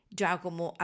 Giacomo